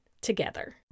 together